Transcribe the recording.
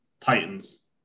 Titans